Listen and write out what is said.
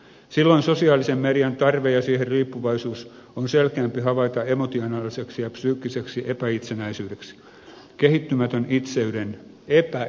silloin sosiaalisen median tarve ja siihen riippuvaisuus on selkeämpi havaita emotionaaliseksi ja psyykkiseksi epäitsenäisyydeksi kehittymättömäksi itseydeksi epäitseydeksi